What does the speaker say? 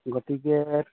গতিকে